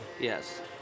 Yes